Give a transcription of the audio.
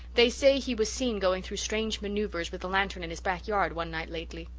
they say he was seen going through strange manoeuvres with a lantern in his back yard one night lately.